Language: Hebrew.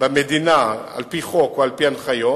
במדינה על-פי חוק או על-פי הנחיות.